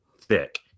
thick